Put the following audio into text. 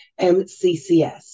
MCCS